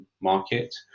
market